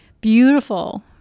beautiful